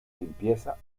limpieza